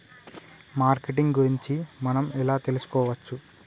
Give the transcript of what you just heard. Marketing గురించి మనం ఎలా తెలుసుకోవచ్చు?